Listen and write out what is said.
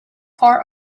far